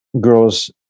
girls